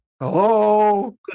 Hello